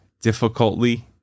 difficultly